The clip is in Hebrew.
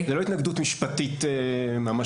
זה לא התנגדות משפטית ממשית.